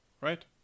right